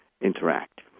interact